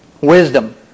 Wisdom